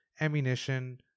ammunition